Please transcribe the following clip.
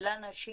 לנשים